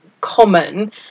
common